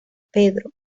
pedro